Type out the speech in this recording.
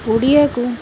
ଓଡ଼ିଆକୁ